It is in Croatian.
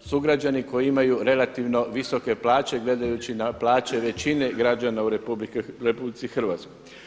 sugrađani koji imaju relativno visoke plaće gledajući na plaće većine građana u Republici Hrvatskoj.